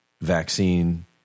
vaccine